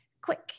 quick